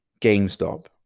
GameStop